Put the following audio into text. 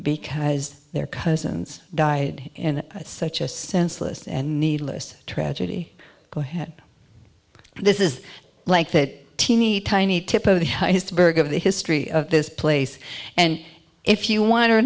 because their cousins died in such a senseless and needless tragedy go ahead this is like that teeny tiny tip of the birth of the history of this place and if you want to